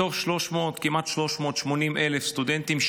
מתוך כמעט 380,00 סטודנטים,